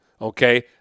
Okay